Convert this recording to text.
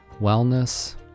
wellness